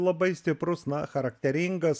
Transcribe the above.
labai stiprus na charakteringas